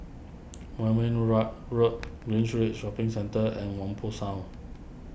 Moulmein Rough Road Greenridge Shopping Centre and Whampoa South